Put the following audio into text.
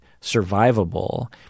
survivable